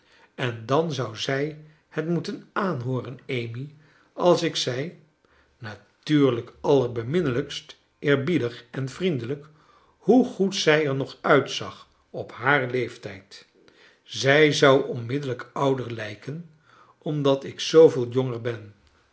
en dan zou zij het mceten aanhooren amy als ik zei natmirlijk allerbeminnelijkst eerbiedig en vriendelijk hoe goed zij er nog uitzag op haar leef tij d zij zou onmiddellijk onder lijken omdat ik zooveel jonger ben